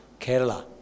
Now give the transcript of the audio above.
Kerala